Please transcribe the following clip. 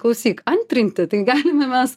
klausyk antrinti tai galime mes